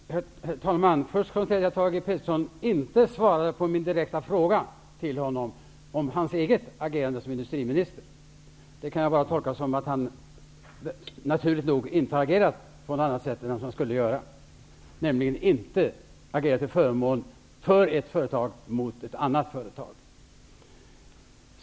Herr talman! Först kan jag konstatera att Thage Peterson inte svarade på min direkta fråga om hans eget agerande som industriminister. Det kan jag bara tolka som att han naturligt nog inte har agerat på något annat sätt än vad han skulle göra, nämligen inte agera till förmån för ett företag mot ett annat företag.